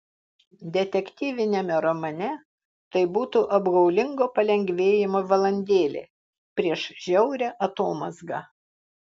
detektyviniame romane tai būtų apgaulingo palengvėjimo valandėlė prieš žiaurią atomazgą